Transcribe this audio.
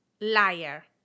liar